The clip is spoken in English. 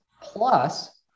Plus